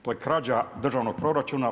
To je krađa državnog proračuna.